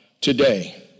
today